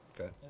Okay